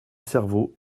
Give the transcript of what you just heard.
cerveau